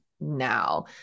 now